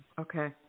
Okay